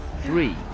Three